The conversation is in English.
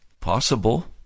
possible